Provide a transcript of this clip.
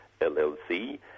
LLC